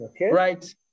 Right